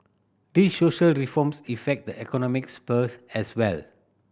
these social reforms effect the economic spheres as well